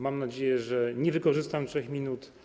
Mam nadzieję, że nie wykorzystam 3 minut.